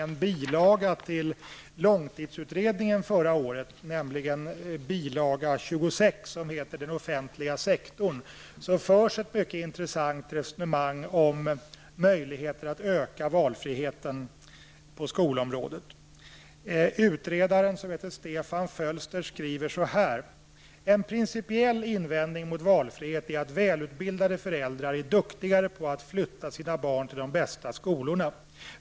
26 till Långtidsutredningen med namnet Den offentliga sektorn, ett resonemang om att öka valfriheten på skolområdet. Utredaren, som heter Stefan Fölster, skriver: ''En principiell invändning mot valfrihet är att välutbildade föräldrar är duktigare på att flytta sina barn till de bästa skolorna.